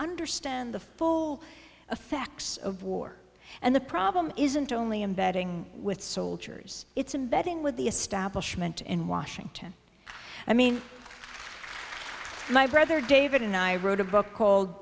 understand the full effect of war and the problem isn't only embedding with soldiers it's i'm betting with the establishment in washington i mean my brother david and i wrote a book called